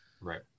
Right